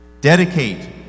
Dedicate